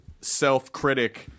self-critic